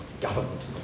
government